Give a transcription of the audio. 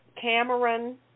Cameron